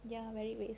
ya very waste